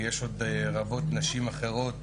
ויש רבות נשים אחרות